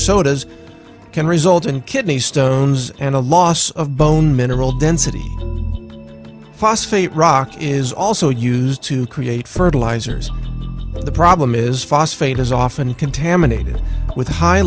sodas can result in kidney stones and a loss of bone mineral density phosphate rock is also used to create fertilizers but the problem is phosphate is often contaminated with high